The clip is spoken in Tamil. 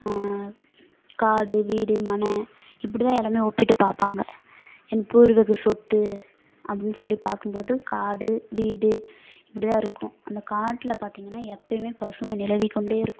காடு வீடு மனை இப்படிதான் எல்லாமே ஒப்பிட்டு பார்ப்பாங்க எங்கள் பூர்வீக சொத்து அப்படின்னு சொல்லிட்டு பார்க்கும்போது காடு வீடு இப்படிதான் இருக்கும் அந்த காட்டில் பார்த்தீங்கனா எப்பைமே பசுமை நிலவி கொண்டே இருக்கும்